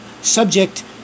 subject